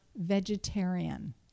vegetarian